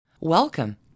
Welcome